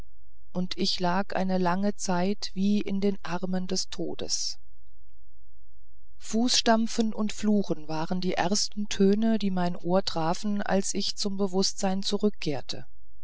und ich lag eine lange zeit wie in den armen des todes fußstampfen und fluchen waren die ersten töne die mein ohr trafen als ich zum bewußtsein zurückkehrte